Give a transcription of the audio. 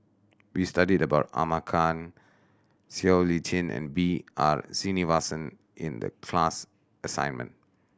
we studied about Ahmad Khan Siow Lee Chin and B R Sreenivasan in the class assignment